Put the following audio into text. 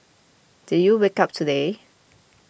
did you wake up today